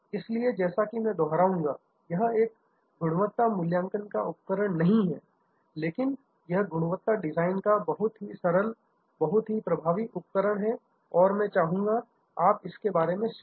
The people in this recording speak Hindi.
इसलिए जैसा कि मैं दोहराउगा यह एक गुणवत्ता मूल्यांकन का उपकरण नहीं है लेकिन यह गुणवत्ता डिजाइन का बहुत ही सरल बहुत प्रभावी उपकरण है और मैं चाहूंगा कि आप इसके बारे में सोचे